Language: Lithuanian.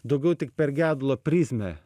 daugiau tik per gedulo prizmę